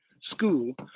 school